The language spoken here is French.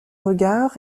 regards